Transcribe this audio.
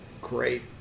great